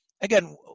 Again